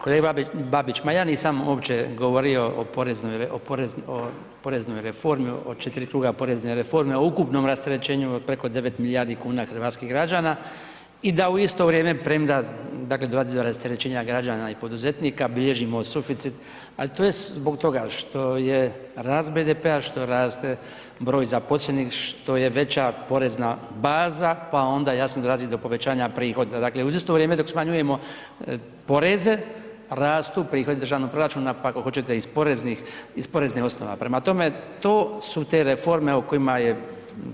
Kolega Babić, ma ja nisam uopće govorio o poreznoj reformi, o 4 kruga porezne reforme, o ukupnom rasterećenju od preko 9 milijuna kuna hrvatskih građana i da u isto vrijeme premda, dakle dolazi do rasterećenja građana i poduzetnika bilježimo suficit, al to je zbog toga što je rast BDP-a, što raste broj zaposlenih, što je veća porezna baza, pa onda jasno dolazi do povećanja prihoda, dakle u isto vrijeme dok smanjujemo poreze, rastu prihodi državnog proračuna, pa ako hoćete iz poreznih, iz porezne osnova, prema tome to su te reforme o kojima je